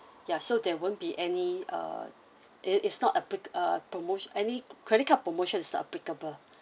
ya so there won't be any uh it is not appli~ uh promo~ any credit card promotions are applicable